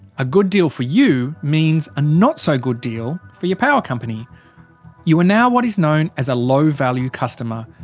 a good deal for you means a not-so-good deal for your power company you are now what is known as a low-value customer,